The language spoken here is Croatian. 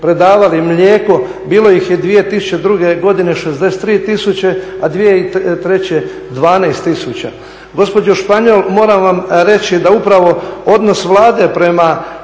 prodavali mlijeko bilo ih je 2002. godine 63 000, a 2003. 12 000.